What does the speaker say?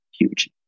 huge